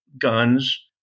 guns